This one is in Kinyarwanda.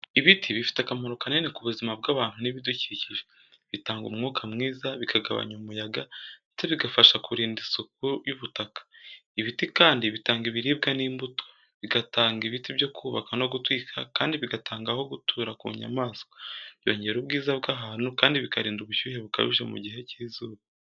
Ibiti bifite akamaro kanini ku buzima bw’abantu n’ibidukikije. Bitanga umwuka mwiza, bikagabanya umuyaga, ndetse bigafasha kurinda isuri y’ubutaka. Ibiti kandi bitanga ibiribwa n’imbuto, bigatanga ibiti byo kubaka no gutwika kandi bigatanga aho gutura ku nyamaswa. Byongera ubwiza bw’ahantu kandi bikarinda ubushyuhe bukabije mu gihe cy’izuba.